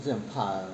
会很怕的